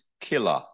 killer